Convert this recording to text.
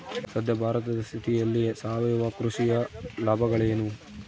ಸದ್ಯ ಭಾರತದ ಸ್ಥಿತಿಯಲ್ಲಿ ಸಾವಯವ ಕೃಷಿಯ ಲಾಭಗಳೇನು?